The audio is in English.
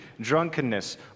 drunkenness